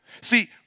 See